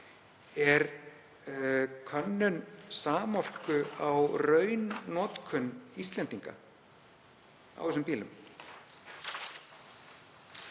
er könnun Samorku á raunnotkun Íslendinga á þessum bílum.